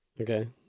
Okay